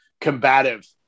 combative